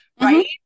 right